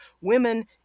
women